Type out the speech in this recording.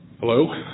Hello